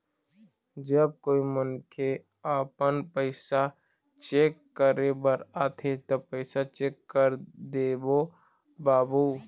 जब कोई मनखे आपमन पैसा चेक करे बर आथे ता पैसा चेक कर देबो बाबू?